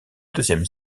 deuxième